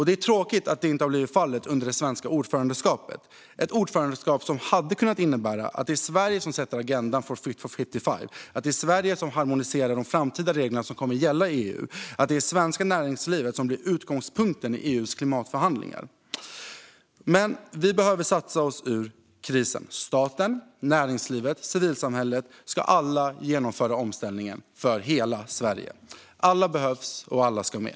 Det är tråkigt att detta inte har blivit fallet under det svenska ordförandeskapet, ett ordförandeskap som hade kunnat innebära att det är Sverige som sätter agendan för Fit for 55, harmoniserar framtida regler som kommer att gälla i EU och ser till att det svenska näringslivet blir utgångspunkten i EU:s klimatförhandlingar. Vi behöver satsa oss ur krisen. Staten, näringslivet och civilsamhället ska alla genomföra omställningen för hela Sverige. Alla behövs, och alla ska med!